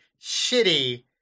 Shitty